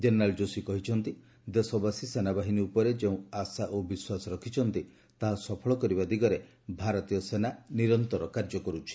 general Joshi କହିଛନ୍ତି ଦେଶବାସୀ ସେନାବାହିନୀ ଉପରେ ଯେଉଁ ଆଶା ଓ ବିଶ୍ୱାସ ରଖିଛନ୍ତି ତାହା ସଫଳ କରିବା ଦିଗରେ ଭାରତୀୟ ସେନା ନିରନ୍ତର କାର୍ଯ୍ୟ କରୁଛି